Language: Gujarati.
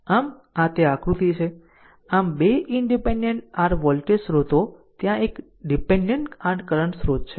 આમ આ તે આકૃતિ છે આમ 2 ઈનડીપેન્ડેન્ટ r વોલ્ટેજ સ્ત્રોતો ત્યાં એક ડીપેન્ડેન્ટ r કરંટ સ્રોત છે